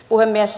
puhemies